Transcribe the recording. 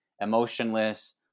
emotionless